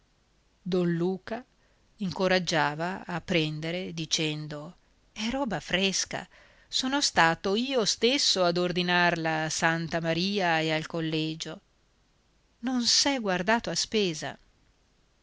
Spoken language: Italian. don luca incoraggiava a prendere dicendo è roba fresca sono stato io stesso ad ordinarla a santa maria e al collegio non s'è guardato a spesa